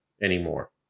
anymore